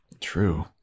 True